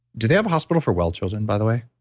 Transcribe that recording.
do they have a hospital for well children by the way?